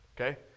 Okay